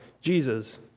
Jesus